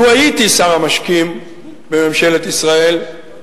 לו הייתי שר המשקים בממשלת ישראל,